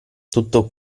tutto